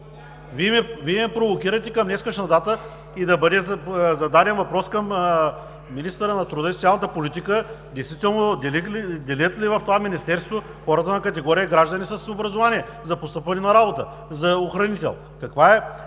Вие ме провокирате към днешна дата и да бъде зададен въпрос към министъра на труда и социалната политика действително делят ли в това министерство хората на категории и граждани с образование за постъпване на работа за охранител? Не